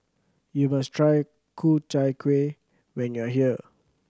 you must try Ku Chai Kuih when you are here